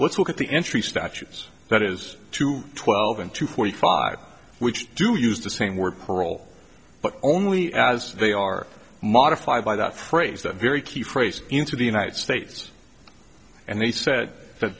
let's look at the entry statues that is two twelve and two forty five which do use the same word parole but only as they are modified by that phrase that very key phrase into the united states and they said that